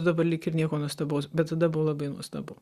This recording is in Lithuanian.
dabar lyg ir nieko nuostabaus bet tada buvo labai nuostabu